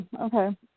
Okay